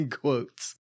quotes